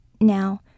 Now